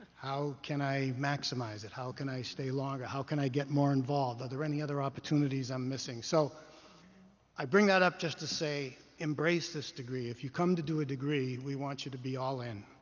how can i maximize it? how can i stay longer? how can i get more involved? are there any other opportunities i'm missing? so i bring that up just to say, embrace this degree. if you come to do a degree, we want you to be all-in.